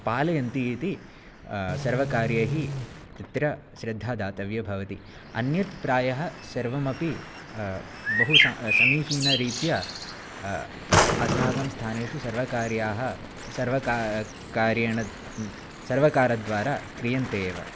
पालयन्ति इति सर्वकार्यैः तत्र श्रद्धा दातव्या भवति अन्यत् प्रायः सर्वमपि बहुसमीचीनरीत्या अस्माकं स्थानेषु सर्वकार्याः सर्वका रेण सर्वकारद्वारा क्रियन्ते एव